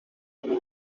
qu’il